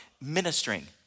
ministering